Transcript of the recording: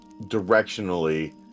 directionally